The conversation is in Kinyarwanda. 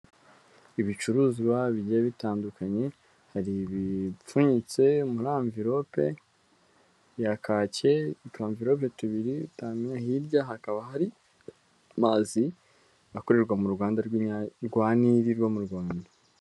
Ibicuruzwa bigiye bitandukanye, hari ibipfunyitse muri amvilope ya kacye, utuvirope tubiri bitanu, hirya hakaba hari amazi akorerwa muganda rw' inya rwa nili rwo mu Rwanda.